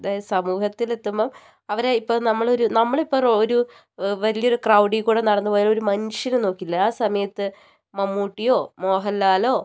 അത് സമൂഹത്തിലെത്തുമ്പം അവരെ ഇപ്പം നമ്മളൊരു നമ്മളിപ്പം ഒരു വ വലിയൊരു ക്രൗഡി കൂടെ നടന്ന് പോയാൽ ഒരു മനുഷ്യരും നോക്കില്ല ആ സമയത്ത് മമ്മൂട്ടിയോ മോഹൻലാലോ